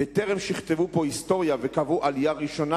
בטרם שכתבו פה היסטוריה וקבעו עלייה ראשונה,